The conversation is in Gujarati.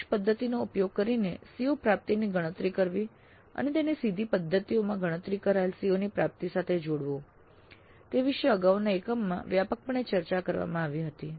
પરોક્ષ પદ્ધતિનો ઉપયોગ કરીને CO પ્રાપ્તિની ગણતરી કરવી અને તેને સીધી પદ્ધતિઓમાં ગણતરી કરાયેલ CO પ્રાપ્તિની સાથે જોડવું તે વિષે અગાઉના એકમમાં વ્યાપકપણે ચર્ચા કરવામાં આવી હતી